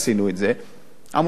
עמותות לא אהבו את זה,